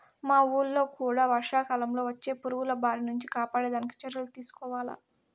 మా వూళ్ళో కూడా వర్షాకాలంలో వచ్చే పురుగుల బారి నుంచి కాపాడడానికి చర్యలు తీసుకోవాల